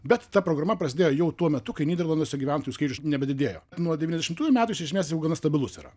bet ta programa prasidėjo jau tuo metu kai nyderlanduose gyventojų skaičius nebedidėjo nuo devyniasdešimtųjų metų iš esmės jau gana stabilus yra